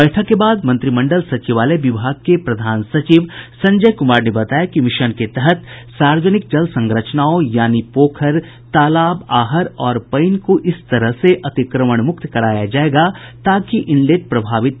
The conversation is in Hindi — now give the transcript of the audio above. बैठक के बाद मंत्रिमंडल सचिवालय विभाग के प्रधान सचिव संजय कुमार ने बताया कि मिशन के तहत सार्वजनिक जल संरचनाओं यानी पोखर तालाब आहर और पईन को इस तरह से अतिक्रमणमुक्त कराया जायेगा कि इनलेट प्रभावित न हो